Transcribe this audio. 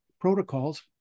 protocols